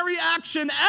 action